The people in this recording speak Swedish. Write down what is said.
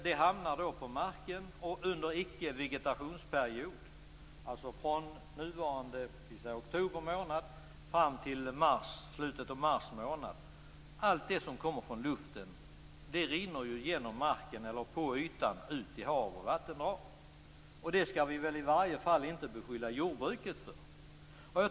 Detta hamnar då på marken och under en icke-vegetationsperiod - dvs. från oktober månad fram till slutet av mars - rinner allt det som kommer från luften genom marken ut till hav och vattendrag. Det skall vi väl i alla fall inte beskylla jordbruket för.